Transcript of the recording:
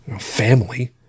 family